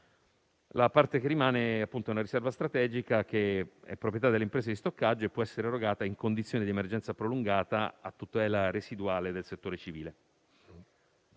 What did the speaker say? La parte che rimane è, appunto, una riserva strategica proprietà delle imprese di stoccaggio e può essere erogata in condizioni di emergenza prolungata, a tutela residuale del settore civile.